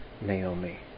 Naomi